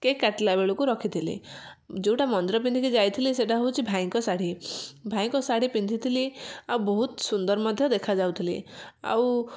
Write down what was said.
cake କାଟିଲାବେଳକୁ ରଖିଥିଲି ଯେଉଁଟା ମନ୍ଦିର ପିନ୍ଧିକି ଯାଇଥିଲି ସେଇଟା ହଉଛି ଭାଇଙ୍କ ଶାଢ଼ୀ ଭାଇଙ୍କ ଶାଢ଼ୀ ପିନ୍ଧିଥିଲି ଆଉ ବହୁତ ସୁନ୍ଦର ମଧ୍ୟ ଦେଖାଯାଉଥିଲି ଆଉ